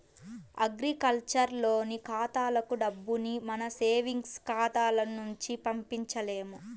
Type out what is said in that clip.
agriculture loan ఖాతాలకు డబ్బుని మన సేవింగ్స్ ఖాతాల నుంచి పంపించలేము